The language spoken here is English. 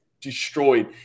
destroyed